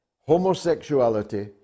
homosexuality